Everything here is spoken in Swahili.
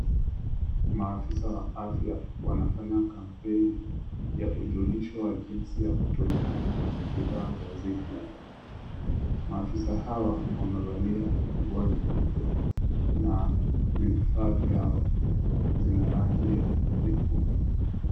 Maafisa wa afya wanafanya kampeni ya ujulisho wa jinsi ya kutumia bidhaa za zipline .Maafisa hawa wamevalia nguo nyeupe na vifaa vyao vina rangi ya nyekundu.